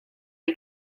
you